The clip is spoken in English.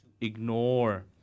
ignore